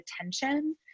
attention